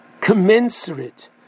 commensurate